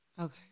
Okay